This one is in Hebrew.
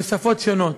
בשפות שונות.